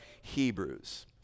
Hebrews